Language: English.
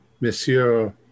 Monsieur